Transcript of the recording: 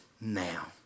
now